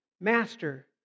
Master